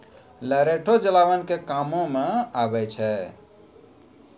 लरैठो जलावन के कामो मे आबै छै